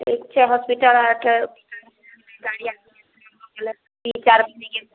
एक छै होस्पिटल आर छै गाड़ी आर के सुविधा भऽ गेलै तीन चारि आदमी के